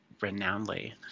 renownedly